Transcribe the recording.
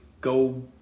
go